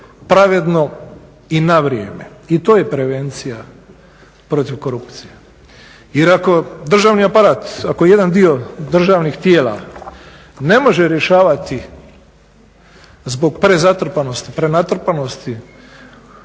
pravedno i na vrijeme. I to je prevencija protiv korupcije. Jer ako državni aparat, ako jedan dio državnih tijela ne može rješavati zbog prezatrpanosti, prenatrpanosti